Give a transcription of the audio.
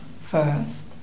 first